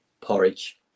porridge